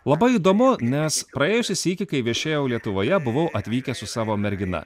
labai įdomu nes praėjusį sykį kai viešėjau lietuvoje buvau atvykęs su savo mergina